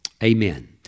Amen